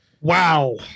Wow